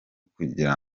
kugira